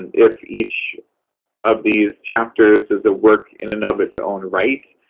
if each of these chapters is a work in and of its own right,